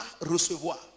recevoir